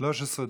13 דקות.